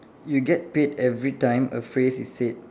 you get paid everytime a phrase is said